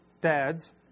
dads